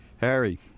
Harry